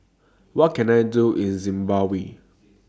What Can I Do in Zimbabwe